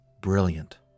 brilliant